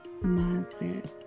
mindset